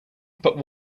but